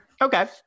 Okay